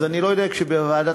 אז אני לא יודע מי היה אצלך בוועדת